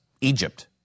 Egypt